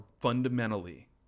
fundamentally